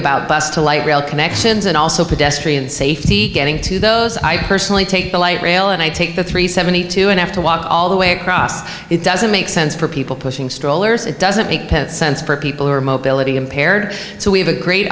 about bus to light rail connections and also pedestrian safety getting to those i personally take the light rail and i take the three hundred and seventy two and have to walk all the way across it doesn't make sense for people pushing strollers it doesn't make sense for people who are mobility impaired so we have a great